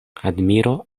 admiro